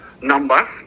number